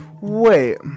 Wait